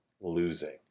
losing